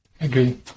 Agree